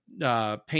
Paint